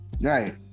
Right